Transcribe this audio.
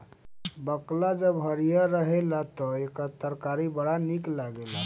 बकला जब हरिहर रहेला तअ एकर तरकारी बड़ा निक लागेला